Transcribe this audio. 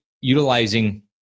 utilizing